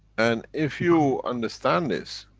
and if you understand this,